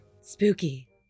Spooky